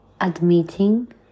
admitting